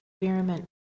Experiment